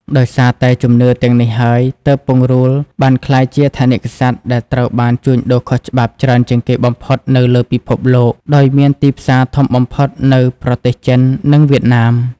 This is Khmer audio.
ដោយសារតែជំនឿទាំងនេះហើយទើបពង្រូលបានក្លាយជាថនិកសត្វដែលត្រូវបានជួញដូរខុសច្បាប់ច្រើនជាងគេបំផុតនៅលើពិភពលោក ដោយមានទីផ្សារធំបំផុតនៅប្រទេសចិន និងវៀតណាម។